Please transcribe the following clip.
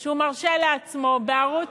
שהוא מרשה לעצמו, בערוץ,